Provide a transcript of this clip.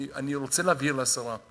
אני רוצה להבהיר לשרה: